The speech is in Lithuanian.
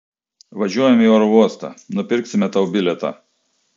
važiuojam į oro uostą nupirksime tau bilietą